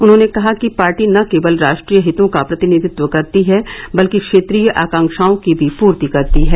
उन्होंने कहा कि पार्टी न केवल राष्ट्रीय हितों का प्रतिनिधित्व करती है बल्क क्षेत्रीय आकांक्षाओं की भी पूर्ति करती है